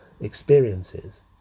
experiences